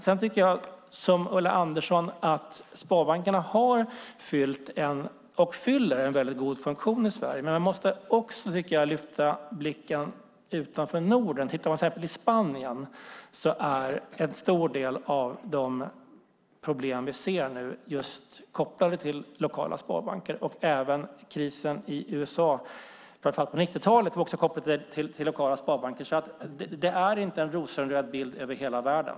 Jag tycker, liksom Ulla Andersson, att sparbankerna har fyllt och fyller en mycket god funktion i Sverige. Men man måste också lyfta blicken utanför Norden. I till exempel Spanien är en stor del av de problem som vi nu ser just kopplade till lokala sparbanker. Även krisen i USA, framför allt på 90-talet, var också kopplad till lokala sparbanker. Det är alltså inte en rosenröd bild över hela världen.